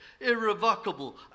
irrevocable